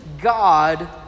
God